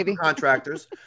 Contractors